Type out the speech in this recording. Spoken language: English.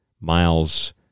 miles